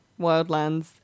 Wildlands